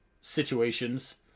situations